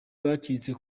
bacitse